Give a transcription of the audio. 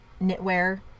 knitwear